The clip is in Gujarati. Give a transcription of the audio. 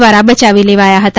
દ્વારા બચાવી લેવાયા હતા